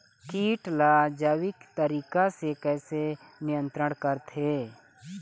कीट ला जैविक तरीका से कैसे नियंत्रण करथे?